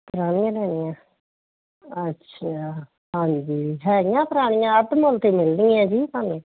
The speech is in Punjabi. ਪੁਰਾਣੀਆਂ ਲੈਣੀਆਂ ਅੱਛਿਆ ਹਾਂਜੀ ਹੈਗੀਆਂ ਪੁਰਾਣੀਆਂ ਅੱਧ ਮੁੱਲ 'ਤੇ ਮਿਲਣ ਗੀਆਂ ਜੀ ਤੁਹਾਨੂੰ